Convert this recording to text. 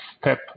step